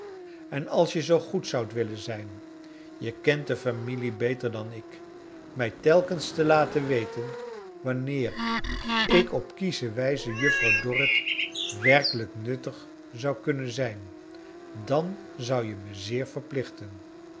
en als je zoo goed zoudt willen zijn je kent de familie beter dan ik mij telkens te laten weten wanneer ik op kiesche wijze juffrouw dorrit werkelrjk nuttig zou kunnen zijn dan zou je me zeer verplichten